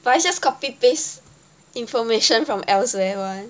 but is just copy paste information from elsewhere [one]